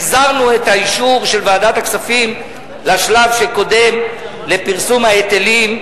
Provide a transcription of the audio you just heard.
החזרנו את האישור של ועדת הכספים לשלב שקודם לפרסום ההיטלים,